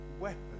weapons